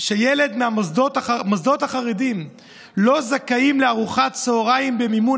שילד מהמוסדות החרדיים לא זכאים לארוחת צוהריים במימון